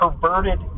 perverted